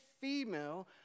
female